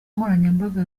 nkoranyambaga